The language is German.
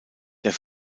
der